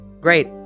Great